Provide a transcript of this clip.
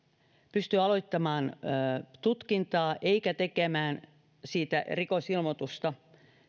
pysty aloittamaan tutkintaa eikä tekemään siitä rikosilmoitusta